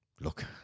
look